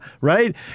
right